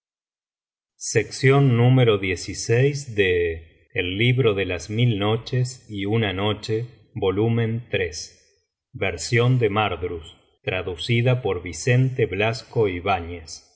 el libro de las mil noches y una noche traducción directa y literal del árabe por